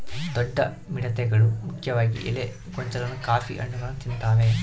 ದೊಡ್ಡ ಮಿಡತೆಗಳು ಮುಖ್ಯವಾಗಿ ಎಲೆ ಗೊಂಚಲನ್ನ ಕಾಫಿ ಹಣ್ಣುಗಳನ್ನ ತಿಂತಾವೆ